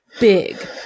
big